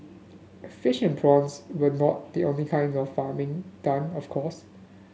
fish and prawns were not the only kind of farming done of course